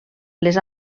les